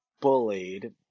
bullied